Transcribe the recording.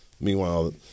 Meanwhile